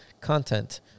content